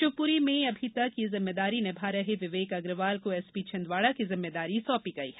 शिवपुरी में अभी तक यह जिम्मेदारी निभा रहे विवेक अग्रवाल को एसपी छिंदवाड़ा की जिम्मेदारी सोंपी गयी है